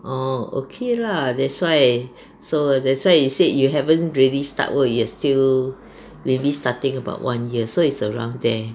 orh okay lah that's why so that's why you said you haven't really start work yet still maybe starting about one year so is around there